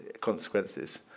consequences